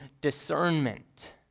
discernment